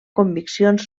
conviccions